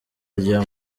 rya